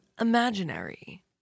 imaginary